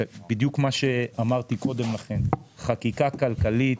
בדיוק מה שאמרתי קודם לכן חקיקה כלכלית,